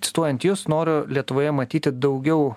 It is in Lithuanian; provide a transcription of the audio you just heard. cituojant jus noriu lietuvoje matyti daugiau